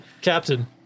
Captain